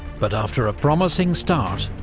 but after a promising start,